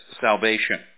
salvation